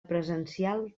presencial